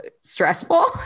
stressful